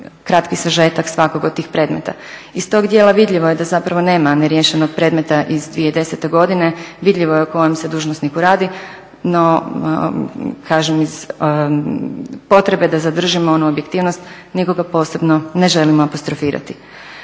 kratki sažetak svakog od tih predmeta. Iz tog dijela vidljivo je da zapravo nema neriješenog predmeta iz 2010. godine, vidljivo je o kojem se dužnosniku radu, no kažem iz potrebe da zadržimo onu objektivnost nikoga posebno ne želimo apostrofirati.